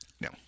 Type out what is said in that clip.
No